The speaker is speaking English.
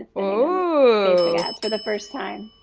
oh it's for the first time.